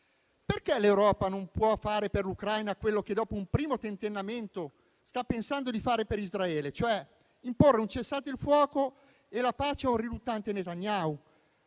Perché l'Europa non può fare per l'Ucraina quello che, dopo un primo tentennamento, sta pensando di fare per Israele, e cioè imporre un cessate il fuoco e la pace ad un riluttante Netanyahu?